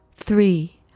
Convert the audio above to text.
Three